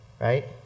Right